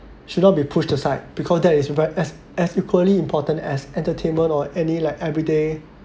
should not be pushed aside because that is ver~ as as equally important as entertainment or any like everyday